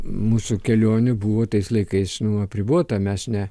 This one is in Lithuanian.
mūsų kelionė buvo tais laikais nu apribota mes ne